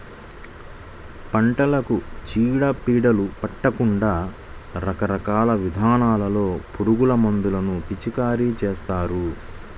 పంటలకు చీడ పీడలు పట్టకుండా రకరకాల విధానాల్లో పురుగుమందులను పిచికారీ చేస్తారు